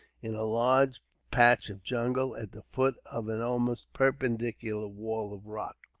in a large patch of jungle, at the foot of an almost perpendicular wall of rock,